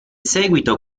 seguito